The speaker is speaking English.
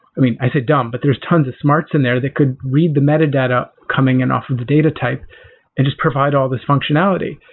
i mean, i said dumb, but there're tons of smarts in there that could read the metadata coming in off of the data type and just provide all these functionality.